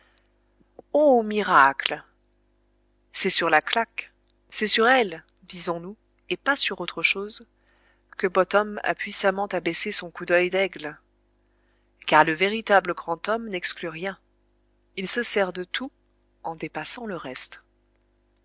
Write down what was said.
ô miracle c'est sur la claque c'est sur elle disons-nous et pas sur autre chose que bottom a puissamment abaissé son coup d'œil d'aigle car le véritable grand homme n'exclut rien il se sert de tout en dépassant le reste